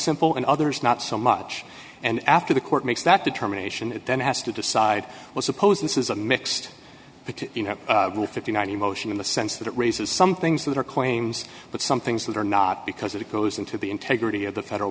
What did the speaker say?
simple and others not so much and after the court makes that determination it then has to decide well suppose this is a mixed fifty nine emotion in the sense that it raises some things that are claims but some things that are not because it goes into the integrity of the federal